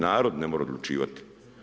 Narod ne more odlučivati.